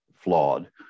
Flawed